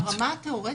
ברמה התיאורטית?